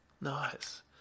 Nice